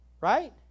right